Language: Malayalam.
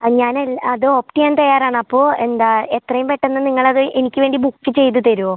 ആ ഞാൻ അത് ഓപ്റ്റ് ചെയ്യാൻ തയ്യാറാണ് അപ്പോൾ എന്താണ് എത്രയും പെട്ടെന്ന് നിങ്ങളത് എനിക്ക് വേണ്ടി ബുക്ക് ചെയ്ത് തരുമോ